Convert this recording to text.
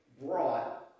brought